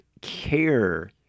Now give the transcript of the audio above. care